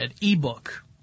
e-book